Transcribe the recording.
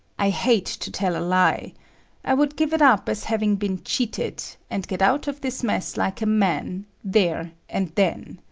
i hate to tell a lie i would give it up as having been cheated, and get out of this mess like a man there and then.